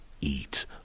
eat